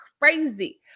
crazy